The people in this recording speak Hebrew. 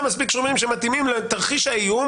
מספיק שומרים שמתאימים לתרחיש האיום,